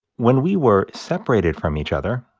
when we were separated from each other,